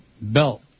belt